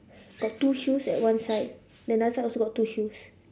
got two shoes at one side then the other side also got two shoes